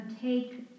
take